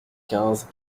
quinze